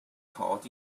called